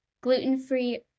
Gluten-free